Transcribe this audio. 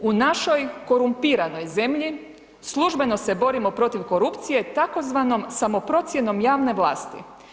U našoj korumpiranoj zemlji službeno se borimo protiv korupcije, tzv. samoprocjenom javne vlasti.